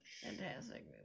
fantastic